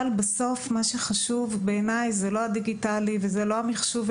מה שחשוב בעיני זה לא הדיגיטלי והמחשוב,